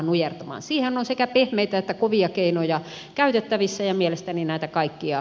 siihen on sekä pehmeitä että kovia keinoja käytettävissä ja mielestäni näitä kaikkia